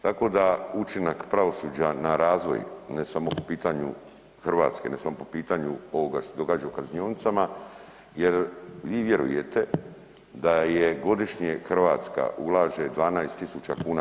Tako da učinak pravosuđa na razvoj ne samo po pitanju Hrvatske, ne samo po pitanju ovoga što se događa u kaznionicama jer vi vjerujete da je godišnje Hrvatska ulaže 12 tisuća kuna.